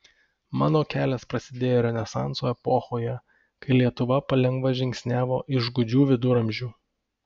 mano kelias prasidėjo renesanso epochoje kai lietuva palengva žingsniavo iš gūdžių viduramžių